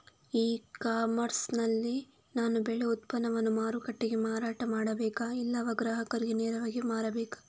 E commerce ನಲ್ಲಿ ನಾನು ಬೆಳೆ ಉತ್ಪನ್ನವನ್ನು ಮಾರುಕಟ್ಟೆಗೆ ಮಾರಾಟ ಮಾಡಬೇಕಾ ಇಲ್ಲವಾ ಗ್ರಾಹಕರಿಗೆ ನೇರವಾಗಿ ಮಾರಬೇಕಾ?